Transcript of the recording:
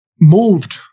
moved